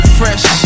fresh